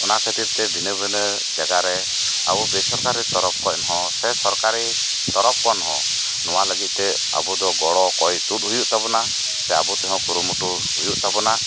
ᱚᱱᱟ ᱠᱷᱟᱹᱛᱤᱨᱛᱮ ᱵᱷᱤᱱᱟᱹ ᱵᱷᱤᱱᱟᱹ ᱡᱟᱜᱟ ᱨᱮ ᱟᱵᱩ ᱵᱮᱥᱚᱨᱠᱟᱨᱤ ᱛᱚᱨᱚᱯᱠᱷᱚᱱ ᱦᱚᱸ ᱥᱮ ᱥᱚᱨᱠᱟᱨᱤ ᱛᱚᱨᱚᱯᱠᱷᱚᱱ ᱦᱚᱸ ᱱᱚᱣᱟ ᱞᱟᱹᱜᱤᱫ ᱛᱮ ᱟᱵᱩᱫᱚ ᱜᱚᱲᱚ ᱠᱚᱭ ᱛᱩᱫ ᱦᱩᱭᱩᱜ ᱛᱟᱵᱩᱱᱟ ᱥᱮ ᱟᱵᱩ ᱛᱮᱦᱚᱸ ᱠᱩᱨᱩᱢᱩᱴᱩ ᱦᱩᱭᱩᱜ ᱛᱟᱵᱩᱱᱟ